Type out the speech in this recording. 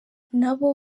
nabo